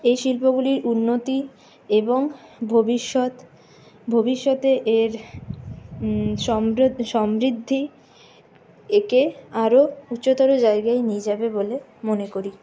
এই শিল্পগুলির উন্নতি এবং ভবিষ্যৎ ভবিষ্যতে এর সমৃ সমৃদ্ধি একে আরও উচ্চতর জায়গায় নিয়ে যাবে বলে মনে করি